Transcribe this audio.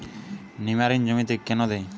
নিমারিন জমিতে কেন দেয়?